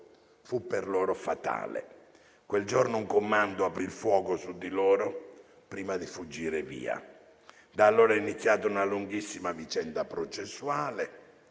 fu per loro fatale. Quel giorno un commando aprì il fuoco su di loro prima di fuggire via. Da allora è iniziata una lunghissima vicenda processuale